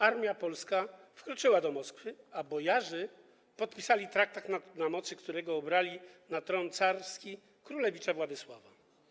Armia polska wkroczyła do Moskwy, a bojarzy podpisali traktat, na mocy którego obrali na tron carski królewicza Władysława.